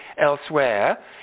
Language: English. elsewhere